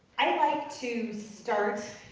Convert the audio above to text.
i like to start